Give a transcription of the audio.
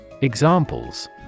Examples